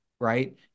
Right